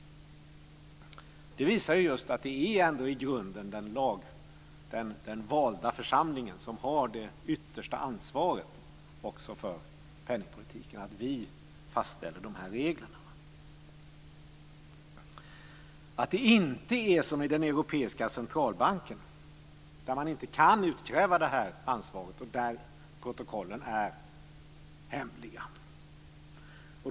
Det visar just att det ändå i grunden är den valda församlingen som har det yttersta ansvaret också för penningpolitiken. Vi fastställer reglerna. Det är inte som i den Europeiska centralbanken där man inte kan utkräva ansvaret och där protokollen är hemliga.